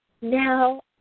Now